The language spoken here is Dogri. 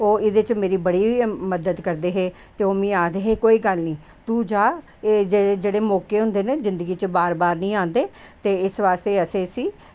ते ओह् एह्दे च मेरी बड़ी मदद करदे हे ते ओह् मिगी आक्खदे हे कोई गल्ल निं तू जा ते जेह्ड़े मौके होंदे न ओह् जिंदगी च बार बार आंदे न ते इस आस्तै अस उसी भी